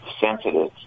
sensitive